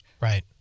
Right